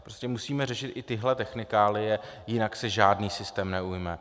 Prostě musíme řešit i tyhle technikálie, jinak se žádný systém neujme.